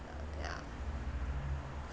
uh yeah